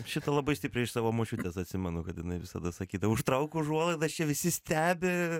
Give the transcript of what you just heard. šitą labai stipriai iš savo močiutės atsimenu kad jinai visada sakydavo užtrauk užuolaidas čia visi stebi